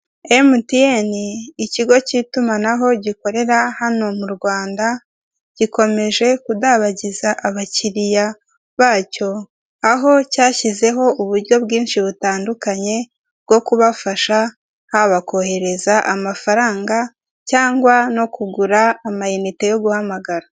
MTN ikigo kitumanaho gikorera hano mu Rwanda gikomeje kudabagiza abakiliya bacyo, aho cyasizeho uburyo bwinshi butandukanye bwo kubasha haba mu kohereza amafaranga cyangwa no kugura amainite yo guhmagara.